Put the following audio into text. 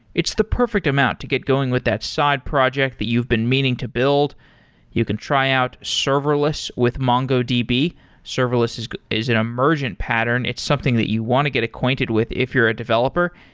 it's the perfect amount to get going with that side project that you've been meaning to build you can try out serverless with mongodb. serverless is is an emergent pattern. it's something that you want to get acquainted with if you're a developer,